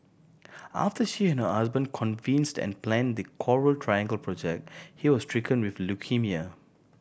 after she and her husband conceived and planned the Coral Triangle project he was stricken with leukaemia